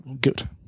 good